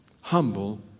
Humble